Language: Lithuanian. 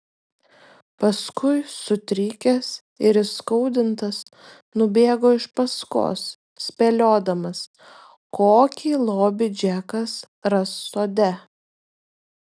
paskui sutrikęs ir įskaudintas nubėgo iš paskos spėliodamas kokį lobį džekas ras sode